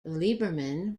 lieberman